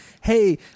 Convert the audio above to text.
Hey